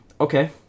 okay